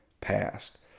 past